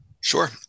Sure